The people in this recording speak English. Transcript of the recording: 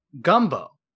gumbo